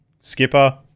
skipper